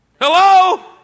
Hello